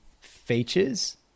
features